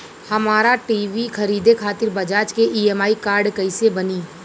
हमरा टी.वी खरीदे खातिर बज़ाज़ के ई.एम.आई कार्ड कईसे बनी?